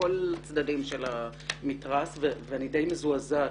מכל הצדדים של המתרס ואני די מזועזעת